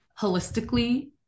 holistically